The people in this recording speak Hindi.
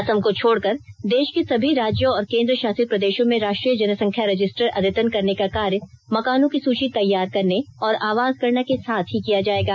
असम को छोड़कर देश के सभी राज्यों और केन्द्र शासित प्रदेशों में राष्ट्रीय जनसंख्या रजिस्टर अद्यतन करने का कार्य मकानों की सूची तैयार करने और आवास गणना के साथ ही किया जाएगा